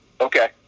Okay